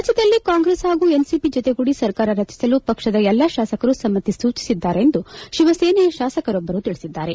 ರಾಜ್ಠದಲ್ಲಿ ಕಾಂಗ್ರೆಸ್ ಹಾಗೂ ಎನ್ಸಿಪಿ ಜೊತೆಗೂಡಿ ಸರ್ಕಾರ ರಚಿಸಲು ಪಕ್ಷದ ಎಲ್ಲಾ ಶಾಸಕರು ಸಮ್ಮತಿ ಸೂಚಿಸಿದ್ದಾರೆ ಎಂದು ಶಿವಸೇನೆಯ ಶಾಸಕರೊಬ್ಬರು ತಿಳಿಸಿದ್ದಾರೆ